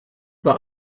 bei